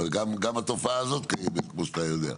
אבל גם התופעה הזו קיימת כפי שאתה יודע.